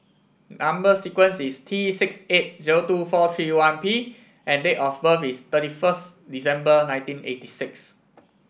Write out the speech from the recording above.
number sequence is T six eight zero two four three one P and date of birth is thirty first December nineteen eighty six